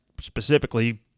specifically